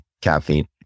caffeine